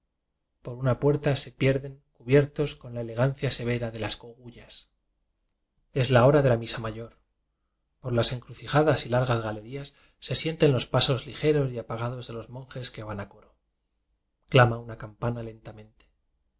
por una puerta se pierden cu biertos con la elegancia severa de las co gullas es la hora de la misa mayor por las en crucijadas y largas galerías se sienten los pasos ligeros y apagados de los monjes que van a coro clama una campana